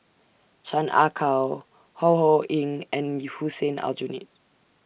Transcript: Chan Ah Kow Ho Ho Ying and Hussein Aljunied